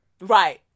right